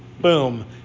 boom